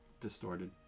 distorted